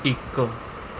ਇੱਕ